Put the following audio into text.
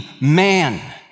man